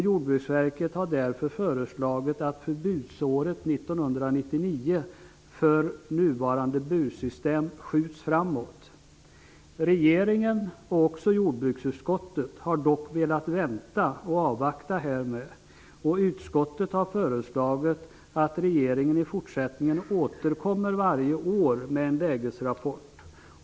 Jordbruksverket har därför föreslagit att det år då förbudet mot nuvarande bursystem skall träda i kraft flyttas från föreslagna 1999 till en tidpunkt längre fram. Regeringen och jordbruksutskottet har dock velat avvakta härmed, och utskottet har föreslagit att regeringen i fortsättningen skall återkomma varje år med en lägesrapport.